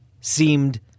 seemed